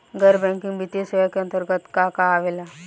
गैर बैंकिंग वित्तीय सेवाए के अन्तरगत का का आवेला?